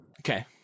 Okay